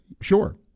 Sure